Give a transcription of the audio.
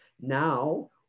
now